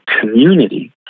community